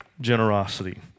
generosity